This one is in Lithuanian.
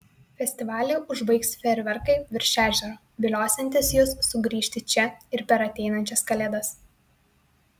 festivalį užbaigs fejerverkai virš ežero viliosiantys jus sugrįžti čia ir per ateinančias kalėdas